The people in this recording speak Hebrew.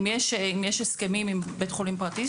אם יש הסכמים עם בית חולים פרטי,